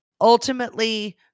ultimately